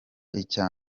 icya